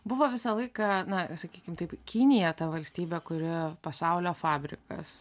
buvo visą laiką na sakykim taip kinija ta valstybė kuri pasaulio fabrikas